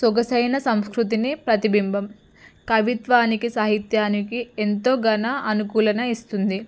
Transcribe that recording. సొగసైన సంస్కృతికి ప్రతిబింబం కవిత్వానికి సాహిత్యానికి ఎంతో ఘనత అనుకూలత ఇస్తుంది